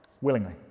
willingly